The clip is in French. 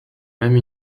même